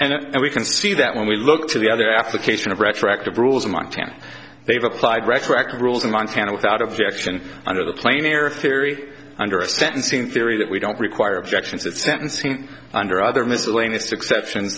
fact and we can see that when we look to the other application of retroactive rules in montana they've applied resurrect rules in montana without objection under the plane air theory under a sentencing theory that we don't require objections at sentencing under other miscellaneous exception